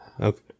Okay